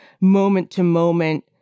moment-to-moment